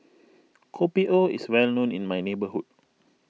Kopi O is well known in my hometown